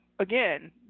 Again